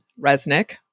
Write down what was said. Resnick